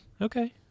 Okay